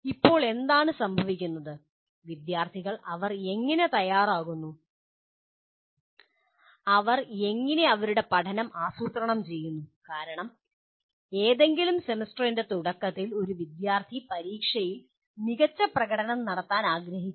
ഇപ്പോൾ എന്താണ് സംഭവിക്കുന്നത് വിദ്യാർത്ഥികൾ അവർ എങ്ങനെ തയ്യാറാക്കുന്നു അവർ എങ്ങനെ അവരുടെ പഠനം ആസൂത്രണം ചെയ്യുന്നു കാരണം ഏതെങ്കിലും സെമസ്റ്ററിൻ്റെ തുടക്കത്തിൽ ഒരു വിദ്യാർത്ഥി പരീക്ഷയിൽ മികച്ച പ്രകടനം നടത്താൻ ആഗ്രഹിക്കുന്നു